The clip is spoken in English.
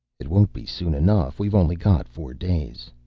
it won't be soon enough. we've only got four days.